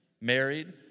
Married